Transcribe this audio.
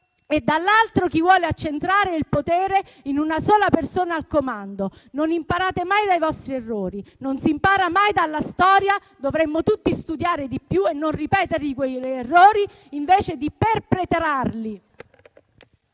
e dall'altra chi vuole accentrare il potere in una sola persona al comando. Non imparate mai dai vostri errori. Non si impara mai dalla storia, dovremmo tutti studiare di più e non ripetere quegli errori invece di perpetrarli.